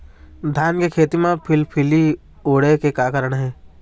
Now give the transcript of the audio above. धान के खेती म फिलफिली उड़े के का कारण हे?